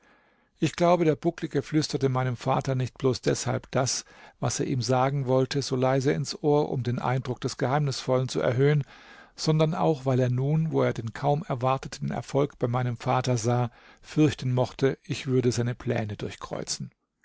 ich glaube der bucklige flüsterte meinem vater nicht bloß deshalb das was er ihm sagen wollte so leise ins ohr um den eindruck des geheimnisvollen zu erhöhen sondern auch weil er nun wo er den kaum erwarteten erfolg bei meinem vater sah fürchten mochte ich würde seine pläne durchkreuzen